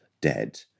dead